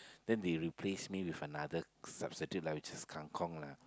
then they replace me with another substitute like which is kang-kong lah